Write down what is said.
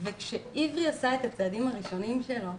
וכשעברי עשה את הצעדים הראשונים שלו